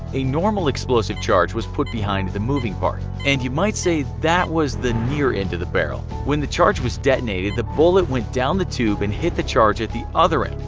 a normal explosive charge was put behind the moving part and you might say that was the near end of the barrel. when the charge was detonated, the bullet went down the tube and hit the charge at the other end,